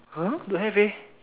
!huh! don't have eh